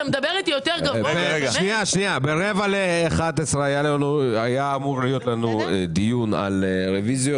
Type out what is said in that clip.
בשעה 10:45 היה אמור להיות לנו דיון על הרוויזיות.